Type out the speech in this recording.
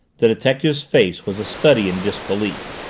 the detective's face was a study in disbelief.